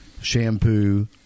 Shampoo